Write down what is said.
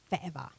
forever